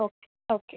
okay okay